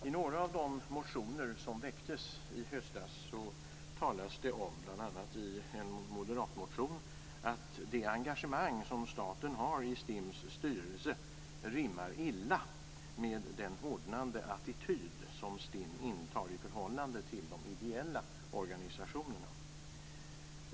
I några av de motioner som väcktes i höstas, bl.a. i en moderatmotion, talas det om att det engagemang som staten har i STIM:s styrelse rimmar illa med den hårdnande attityd som STIM intar i förhållande till de ideella organisationerna.